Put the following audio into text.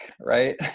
right